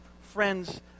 friends